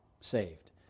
saved